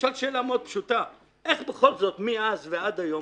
תשאל שאלה מאוד פשוטה: איך בכל זאת מאז ועד היום,